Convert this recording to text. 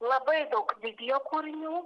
labai daug vidijo kūrinių